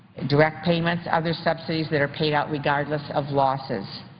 direct payments, other subsidies that are paid out regardless of losses.